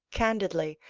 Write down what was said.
candidly,